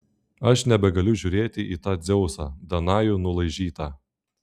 aš nebegaliu žiūrėti į tą dzeusą danajų nulaižytą